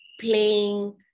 playing